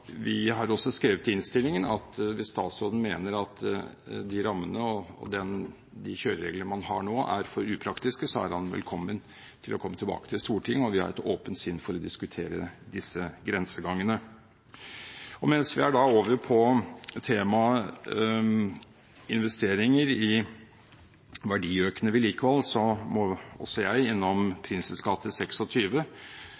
Vi har også skrevet i innstillingen at hvis statsråden mener at de rammene og de kjørereglene man har nå, er for upraktiske, er han velkommen tilbake til Stortinget, og vi vil ha et åpent sinn for å diskutere disse grensegangene. Mens vi er inne på temaet investeringer i verdiøkende vedlikehold, må også jeg